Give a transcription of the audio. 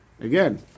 Again